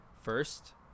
first